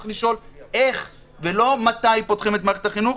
צריך לשאול איך, ולא מתי, פותחים את מערכת החינוך.